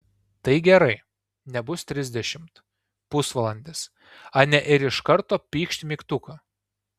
tai gerai nebus trisdešimt pusvalandis ane ir iš karto pykšt mygtuką